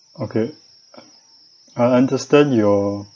okay I understand your